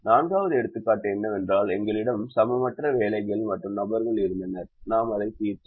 நான்காவது எடுத்துக்காட்டு என்னவென்றால் எங்களிடம் சமமற்ற வேலைகள் மற்றும் நபர்கள் இருந்தனர் நாம் அதைத் தீர்த்தோம்